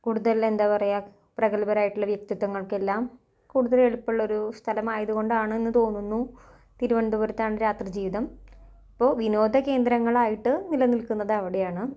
കൂടുതൽ എന്താണ് പറയുക പ്രഗത്ഭരായിട്ടുള്ള വ്യക്തിത്വങ്ങൾക്കെല്ലാം കൂടുതൽ എളുപ്പം ഉള്ളൊരു സ്ഥലമായത് കൊണ്ടാണ് എന്ന് തോന്നുന്നു തിരുവന്തനപുരത്താണ് രാത്രി ജീവിതം ഇപ്പോൾ വിനോദ കേന്ദ്രങ്ങളായിട്ട് നിലനിൽക്കുന്നത് അവിടെയാണ്